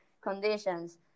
conditions